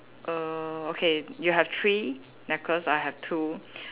err okay you have three necklace I have two